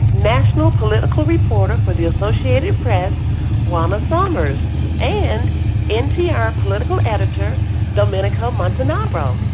national political reporter for the associated press juana summers and npr political editor domenico montanaro.